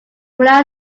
when